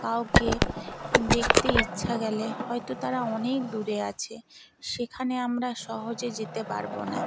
কাওকে দেখতে ইচ্ছা গেলে হয়তো তারা অনেক দূরে আছে সেখানে আমরা সহজে যেতে পারবো না